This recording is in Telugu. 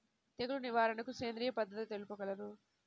తెగులు నివారణకు సేంద్రియ పద్ధతులు తెలుపగలరు?